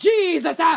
Jesus